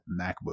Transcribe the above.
MacBook